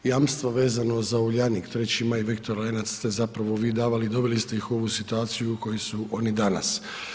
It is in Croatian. Jamstvo vezano za Uljanik, 3. Maj, Viktor Lenac ste zapravo vi davali i doveli ste ih u ovu situaciju u kojoj su oni danas.